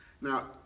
Now